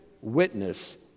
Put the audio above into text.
witness